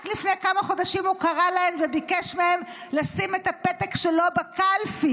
רק לפני כמה חודשים הוא קרא להן וביקש מהן לשים את הפתק שלו בקלפי.